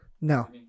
No